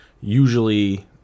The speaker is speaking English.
usually